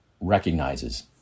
recognizes